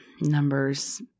numbers